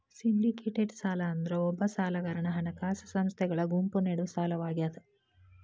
syndicated ಸಾಲ ಅಂದ್ರ ಒಬ್ಬ ಸಾಲಗಾರಗ ಹಣಕಾಸ ಸಂಸ್ಥೆಗಳ ಗುಂಪು ನೇಡೊ ಸಾಲವಾಗ್ಯಾದ